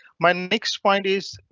my next point is,